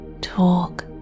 talk